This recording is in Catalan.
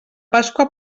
pasqua